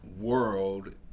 world